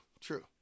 true